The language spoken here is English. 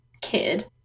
kid